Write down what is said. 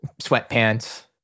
Sweatpants